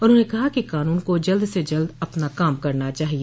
उन्होंने कहा कि कानून को जल्द से जल्द अपना काम करना चाहिए